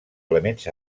elements